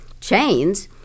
chains